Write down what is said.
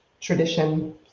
tradition